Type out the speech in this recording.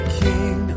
king